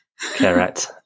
Correct